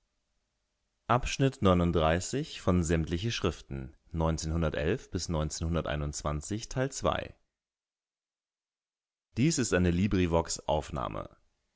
das ist eine